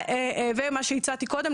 ומה שהצעתי קודם,